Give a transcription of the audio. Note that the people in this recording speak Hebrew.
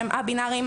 שהם א-בינאריים,